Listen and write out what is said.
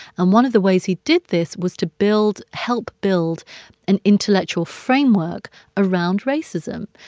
and one of the ways he did this was to build help build an intellectual framework around racism.